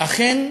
אכן,